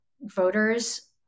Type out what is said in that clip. voters